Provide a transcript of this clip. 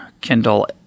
Kindle